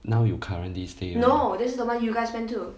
now you currently stay